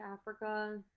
Africa